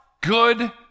good